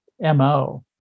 MO